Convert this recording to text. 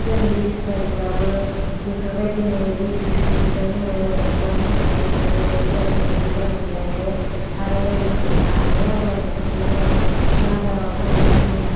जों लिसु गायोबाबो बेफोरबायदिनो लिसु फिफांनिफ्राय जोंयो बनफोरबो मोनजायो फिथायफोरखौबो जों मोनजायो आरो लोगोसे जानानै आग्लायनायफोरखौ जोङो बाजाराव फानबा जोङो